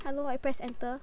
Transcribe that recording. hello I pressed enter